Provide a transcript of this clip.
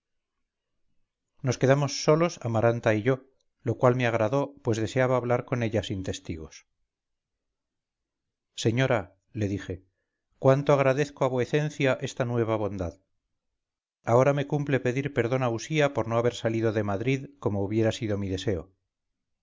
nos quedamos solos amaranta y yo lo cual me agradó pues deseaba hablar con ella sin testigos señora le dije cuánto agradezco a vuecencia esta nueva bondad ahora me cumple pedir perdón a usía por no haber salido de madrid como hubiera sido mi deseo